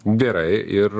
gerai ir